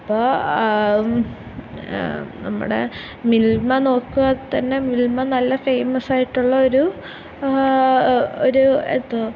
അപ്പോൾ നമ്മുടെ മിൽമ നോക്കിയാൽ തന്നെ മിൽമ നല്ല ഫേയ്മസ് ആയിട്ടുള്ള ഒരു ഒരു എന്തുവാ